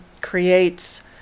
creates